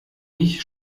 ich